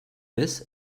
this